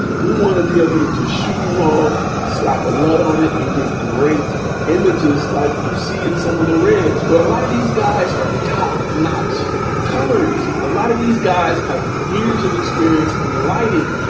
we want to be able to just shoot and log, slap a lead on it and get great images like you see in some of the reds, but a lot of these guys are top notch colorist. a lot of these guys have years of experience in lighting.